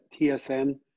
TSN